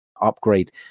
upgrade